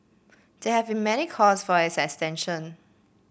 there have been many calls for its extension